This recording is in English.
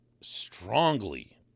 strongly